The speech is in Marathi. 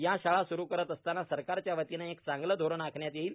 या शाळा सुरु करत असताना सरकारच्या वतीने एक चांगल धोरण आखण्यात येईल